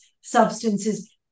substances